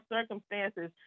circumstances